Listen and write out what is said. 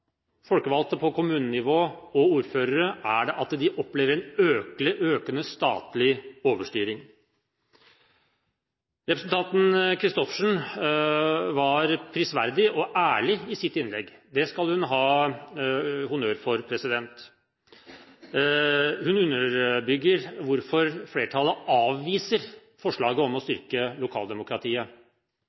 folkevalgte på kommunenivå, og ordførere, er det at de opplever økende statlig overstyring. Representanten Lise Christoffersen var prisverdig ærlig i sitt innlegg, det skal hun ha honnør for. Hun underbygger hvorfor flertallet avviser forslaget om å styrke lokaldemokratiet,